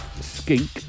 Skink